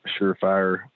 surefire